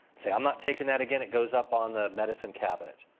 say i'm not taking that again, it goes up on the medicine cabinet.